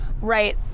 Right